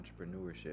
entrepreneurship